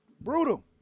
Brutal